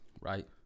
right